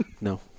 No